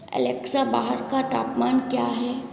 Alexa बाहर का तापमान क्या है